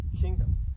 kingdom